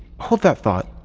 hold that thought,